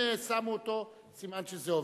אם שמו אותו, סימן שזה עובד.